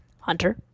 hunter